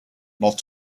not